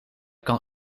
kan